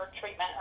treatment